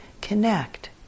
connect